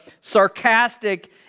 sarcastic